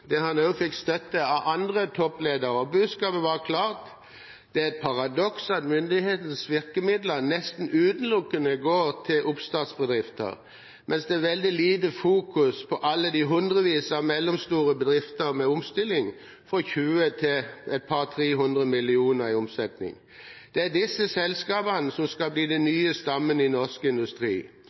fikk støtte av andre toppledere. Budskapet var klart: «Det er paradoks at myndighetenes virkemidler nesten utelukkende går til oppstartsbedrifter, mens det er veldig lite fokus på alle de hundrevis av mellomstore bedrifter med omsetning fra 20 til er par-tre hundre millioner kroner. Det er disse selskapene som skal bli den nye stammen i norsk industri.»